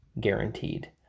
guaranteed